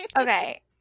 Okay